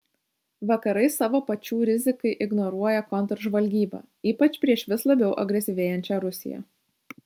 vakarai savo pačių rizikai ignoruoja kontržvalgybą ypač prieš vis labiau agresyvėjančią rusiją